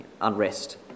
unrest